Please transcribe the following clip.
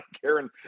Karen